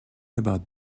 about